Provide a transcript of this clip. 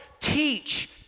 teach